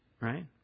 Right